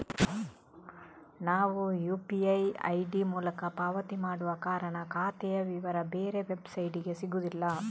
ನಾವು UPI ID ಮೂಲಕ ಪಾವತಿ ಮಾಡುವ ಕಾರಣ ಖಾತೆಯ ವಿವರ ಬೇರೆ ವೆಬ್ಸೈಟಿಗೆ ಸಿಗುದಿಲ್ಲ